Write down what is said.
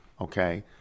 Okay